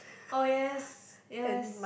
oh yes yes